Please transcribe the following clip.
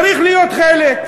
צריך להיות חלק.